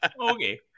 okay